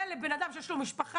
זה לבן אדם שיש לו משפחה,